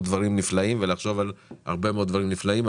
דברים נפלאים לחשוב על הרבה מאוד דברים נפלאים,